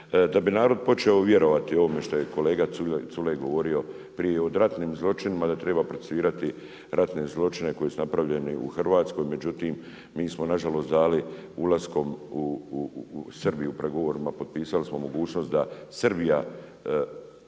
Da bi narod počeo vjerovati ovome što je kolega Culej govorio prije o ratnim zločinima, da treba procesuirati ratne zločine koji su napravljeni u Hrvatskoj. Međutim, mi smo na žalost dali ulaskom u Sbiji u pregovorima potpisali smo mogućnost da Srbija